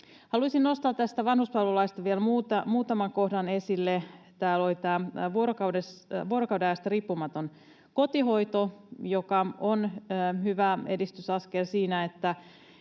Haluaisin nostaa tästä vanhuspalvelulaista vielä muutaman kohdan esille. Täällä oli tämä vuorokaudenajasta riippumaton kotihoito, joka on hyvä edistysaskel siinä,